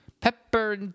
Pepper